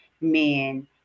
men